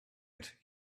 that